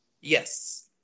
yes